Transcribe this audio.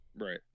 right